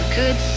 good